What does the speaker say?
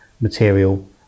material